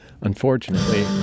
Unfortunately